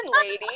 lady